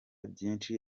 byinshi